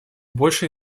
большей